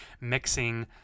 mixing